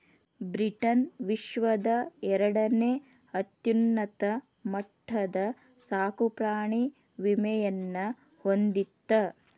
Britain ವಿಶ್ವದ ಎರಡನೇ ಅತ್ಯುನ್ನತ ಮಟ್ಟದ ಸಾಕುಪ್ರಾಣಿ ವಿಮೆಯನ್ನ ಹೊಂದಿತ್ತ